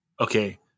okay